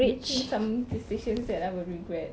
making some decisions that I will regret